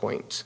point